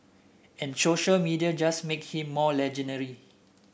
and social media just make him more legendary